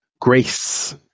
grace